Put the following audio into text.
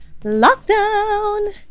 lockdown